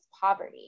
poverty